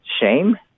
shame